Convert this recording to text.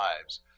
lives